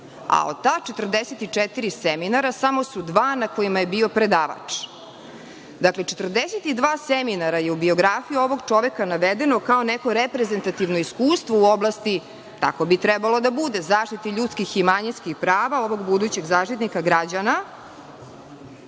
a od ta 44 seminara samo su dva na kojima je bio predavač. Dakle, 42 seminara je u biografiji ovog čoveka navedeno kao neko reprezentativno iskustvo u oblasti, tako bi trebalo da bude, zaštiti ljudskih i manjinskih prava ovog budućeg Zaštitnika građana,